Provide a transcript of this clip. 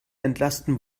entlasten